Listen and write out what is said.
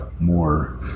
more